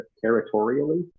territorially